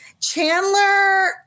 Chandler